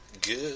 good